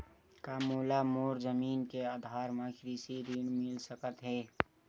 का मोला मोर जमीन के आधार म कृषि ऋण मिल सकत हे?